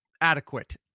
Adequate